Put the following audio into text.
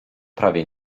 prawie